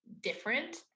different